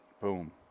Boom